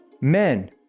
men